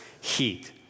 heat